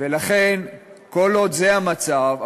ולכן כל עוד זה המצב,